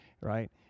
right